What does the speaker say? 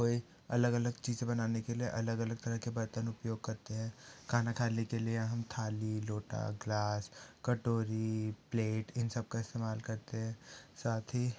कोई अलग अलग चीज़ें बनाने के लिए अलग अलग तरह के बर्तन उपयोग करते हैं खाना खाने के लिए हम थाली लोटा गिलास कटोरी प्लेट इन सब का इस्तेमाल करते हैं साथ ही